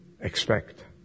expect